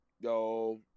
Yo